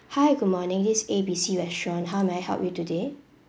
hi good morning this is A B C restaurant how may I help you today